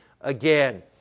again